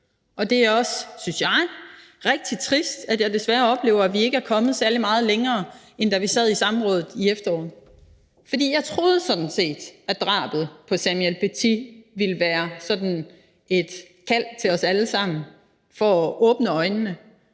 og det er også, synes jeg, rigtig trist, at jeg desværre oplever, at vi ikke er kommet særlig meget længere, end da vi sad i samrådet i efteråret. For jeg troede sådan set, at drabet på Samuel Paty ville være sådan et kald til os alle sammen om at åbne øjnene